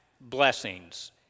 blessings